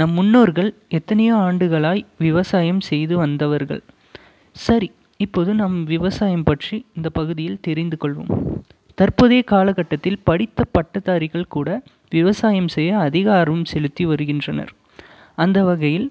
நம் முன்னோர்கள் எத்தனையோ ஆண்டுகளாக விவசாயம் செய்து வந்தவர்கள் சரி இப்போது நம் விவசாயம் பற்றி இந்த பகுதியில் தெரிந்து கொள்வோம் தற்போதைய காலக்கட்டத்தில் படித்த பட்டதாரிகள் கூட விவசாயம் செய்ய அதிகாரம் செலுத்தி வருகின்றனர் அந்த வகையில்